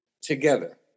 together